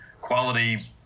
quality